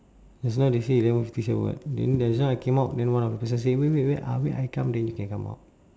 just now they say eleven fifty seven [what] then just now I came out then one of the person say wait wait wait ah wait I come then you can come out